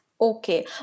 Okay